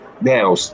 now